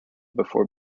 before